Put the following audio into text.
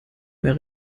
mehr